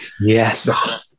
Yes